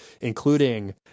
including